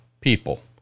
people